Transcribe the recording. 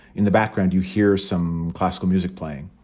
in the background, you hear some classical music playing.